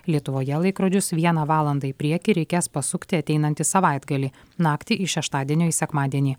lietuvoje laikrodžius vieną valandą į priekį reikės pasukti ateinantį savaitgalį naktį iš šeštadienio į sekmadienį